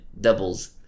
doubles